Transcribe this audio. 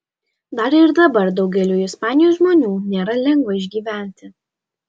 dar ir dabar daugeliui ispanijos žmonių nėra lengva išgyventi